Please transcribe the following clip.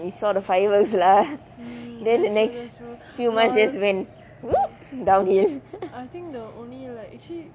I saw the fireworks lah then the next few months just went !oops! downhill